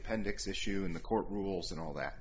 appendix issue in the court rules and all that